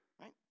Right